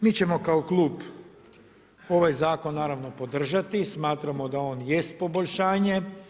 Mi ćemo kao klub ovaj zakon naravno podržati, smatrao da on jest poboljšanje.